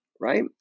right